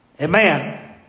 Amen